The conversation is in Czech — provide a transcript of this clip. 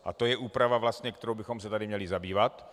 A to je úprava, kterou bychom se tady měli zabývat.